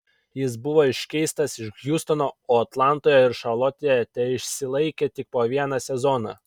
jis buvo iškeistas iš hjustono o atlantoje ir šarlotėje teišsilaikė tik po vieną sezoną